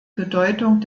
bedeutung